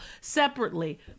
separately